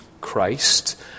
Christ